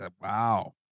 wow